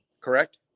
correct